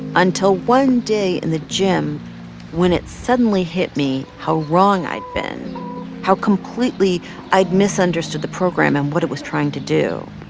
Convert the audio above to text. until one day in the gym when it suddenly hit me how wrong i'd been how completely i'd misunderstood the program and what it was trying to do.